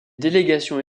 délégations